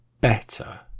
better